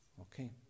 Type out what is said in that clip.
Okay